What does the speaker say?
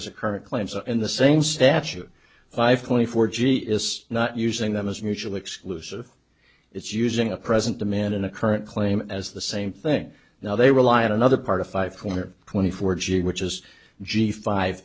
as a current claims in the same statute five twenty four g is not using them as mutually exclusive it's using a present demand in a current claim as the same thing now they rely on another part of five hundred twenty four g which is g five